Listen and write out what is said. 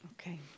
Okay